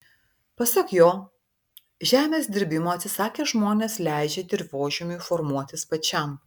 pasak jo žemės dirbimo atsisakę žmonės leidžia dirvožemiui formuotis pačiam